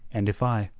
and if i,